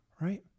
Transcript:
Right